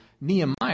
Nehemiah